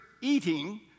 eating